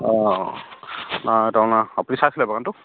অঁ নাই তাৰমানে আপুনি চাইছিলে বাগানটো